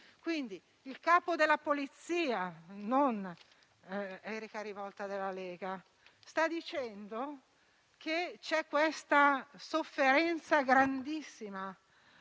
Quindi, il Capo della polizia, non la senatrice Erica Rivolta della Lega, sta dicendo che c'è questa sofferenza grandissima.